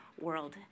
world